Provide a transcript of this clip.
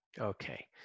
Okay